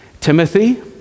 Timothy